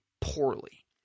poorly